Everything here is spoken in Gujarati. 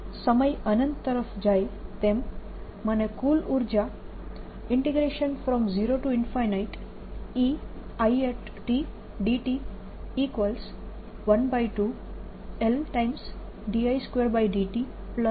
જેમ સમય અનંત તરફ જાય તેમ મને કુલ ઉર્જા 0E It dt12Ld I2dtRI2dt મળે છે